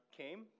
came